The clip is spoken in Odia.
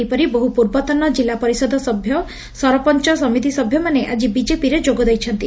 ସେହିପରି ବହୁ ପୂର୍ବତନ କିଲ୍ଲୁ ପରିଷଦ ସଭ୍ୟ ସରପଞ ସମିତିସଭ୍ୟ ମାନେ ଆକି ବିଜେପିରେ ଯୋଗ ଦେଇଛନ୍ତି